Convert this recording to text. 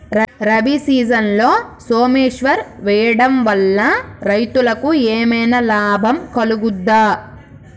రబీ సీజన్లో సోమేశ్వర్ వేయడం వల్ల రైతులకు ఏమైనా లాభం కలుగుద్ద?